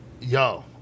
yo